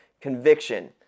conviction